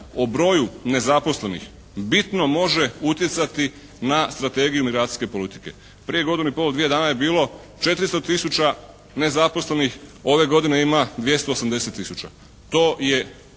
o broju nezaposlenih, bitno može utjecati na strategiju migracijske politike. Prije godinu i pol, dvije dana je bilo 400 tisuća nezaposlenih, ove godine ime 280 tisuća. To je